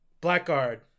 Blackguard